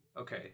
Okay